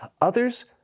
Others